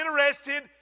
interested